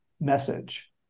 message